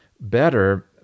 better